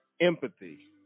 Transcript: empathy